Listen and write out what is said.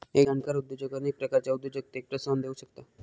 एक जाणकार उद्योजक अनेक प्रकारच्या उद्योजकतेक प्रोत्साहन देउ शकता